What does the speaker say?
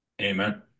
Amen